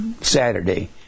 saturday